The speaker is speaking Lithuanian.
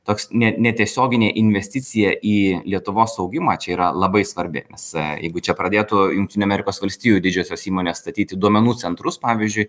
toks ne netiesioginė investicija į lietuvos augimą čia yra labai svarbi nes jeigu čia pradėtų jungtinių amerikos valstijų didžiosios įmonės statyti duomenų centrus pavyzdžiui